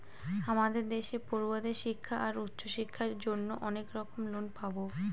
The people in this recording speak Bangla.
আমাদের দেশে পড়ুয়াদের শিক্ষা আর উচ্চশিক্ষার জন্য অনেক রকম লোন পাবো